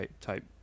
type